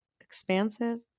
Expansive